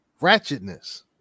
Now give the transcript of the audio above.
Ratchetness